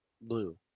blue